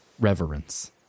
Reverence